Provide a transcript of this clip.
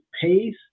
pace